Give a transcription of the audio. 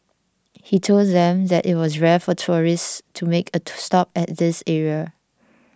he told them that it was rare for tourists to make a to stop at this area